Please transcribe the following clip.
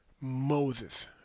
Moses